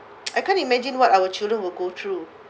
I can't imagine what our children will go through